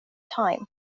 time